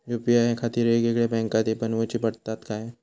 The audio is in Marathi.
यू.पी.आय खातीर येगयेगळे बँकखाते बनऊची पडतात काय?